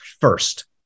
first